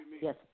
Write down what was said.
Yes